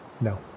No